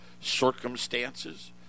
circumstances